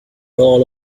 all